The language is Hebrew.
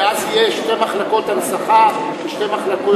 ואז יהיו שתי מחלקות הנצחה ושתי מחלקות,